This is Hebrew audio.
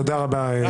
תודה רבה.